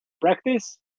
practice